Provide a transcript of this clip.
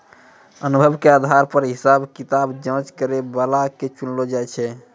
अनुभव के आधार पर हिसाब किताब जांच करै बला के चुनलो जाय छै